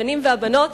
הבנים והבנות.